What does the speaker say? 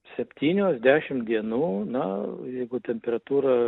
septynios dešimt dienų na jeigu temperatūra